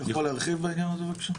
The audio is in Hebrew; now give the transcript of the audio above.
אתה יכול להרחיב בעניין הזה בבקשה?